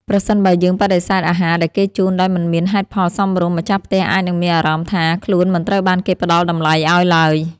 ប្រសិនបើយើងបដិសេធអាហារដែលគេជូនដោយមិនមានហេតុផលសមរម្យ ម្ចាស់ផ្ទះអាចនឹងមានអារម្មណ៍ថា ខ្លួនមិនត្រូវបានគេផ្តល់តម្លៃឱ្យឡើយ។